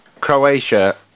Croatia